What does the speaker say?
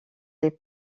les